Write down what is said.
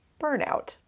burnout